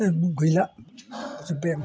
ए गैला जोब्बाय